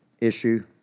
issue